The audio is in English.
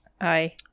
Aye